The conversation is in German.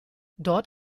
dort